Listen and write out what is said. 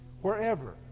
wherever